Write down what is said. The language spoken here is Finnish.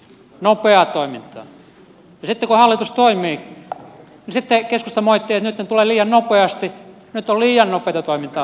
sitten kun hallitus toimii sitten keskusta moittii että nyt ne tulevat liian nopeasti nyt on liian nopeata toimintaa hallitukselta